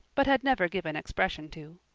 but had never given expression to.